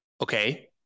okay